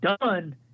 done